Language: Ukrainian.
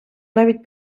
навіть